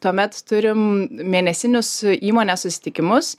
tuomet turim mėnesinius įmonės susitikimus